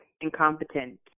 incompetent